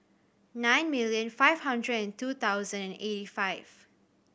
nine million five hundred and two thousand eighty five